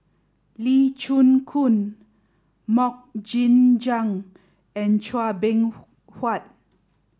Lee Chin Koon Mok Ying Jang and Chua Beng Huat